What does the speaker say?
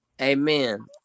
amen